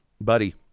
Buddy